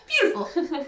Beautiful